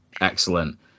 excellent